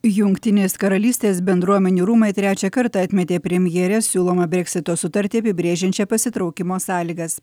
jungtinės karalystės bendruomenių rūmai trečią kartą atmetė premjerės siūlomą breksito sutartį apibrėžiančią pasitraukimo sąlygas